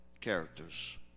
characters